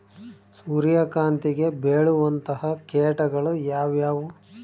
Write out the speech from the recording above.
ಸೂರ್ಯಕಾಂತಿಗೆ ಬೇಳುವಂತಹ ಕೇಟಗಳು ಯಾವ್ಯಾವು?